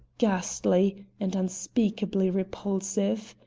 ghastly, and unspeakably repulsive.